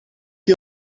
die